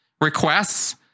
requests